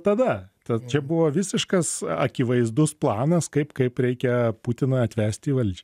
tada ta čia buvo visiškas akivaizdus planas kaip kaip reikia putiną atvest į valdžią